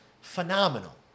phenomenal